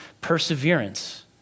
perseverance